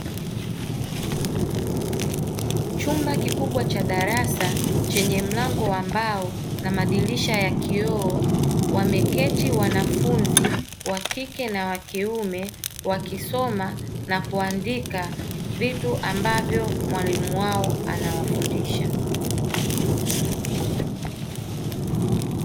Chumba kikubwa cha darasa chenye mlango wa mbao na madirisha ya kioo wameketi wanafunzi wakike na wa kiume wakisoma na kuandika vitu ambavyo mwalimu wao anawafundisha.